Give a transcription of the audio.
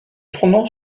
tournant